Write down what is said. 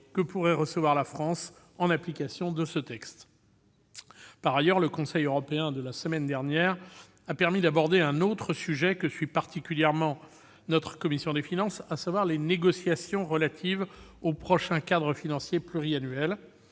que pourrait recevoir la France en application de ce texte ? Par ailleurs, le Conseil européen de la semaine dernière a permis d'aborder un autre sujet, que suit particulièrement la commission des finances, à savoir les négociations relatives au prochain cadre financier pluriannuel,